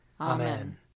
Amen